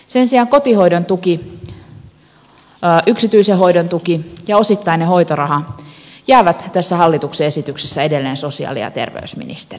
sen sijaan kotihoidon tuki yksityisen hoidon tuki ja osittainen hoitoraha jäävät tässä hallituksen esityksessä edelleen sosiaali ja terveysministeriöön